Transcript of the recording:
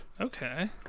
okay